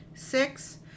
six